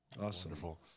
Wonderful